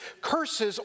curses